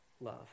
love